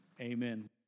Amen